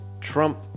trump